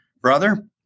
Brother